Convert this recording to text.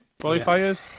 Qualifiers